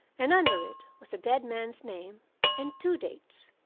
and under it was the dead man's name and two dates,